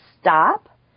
stop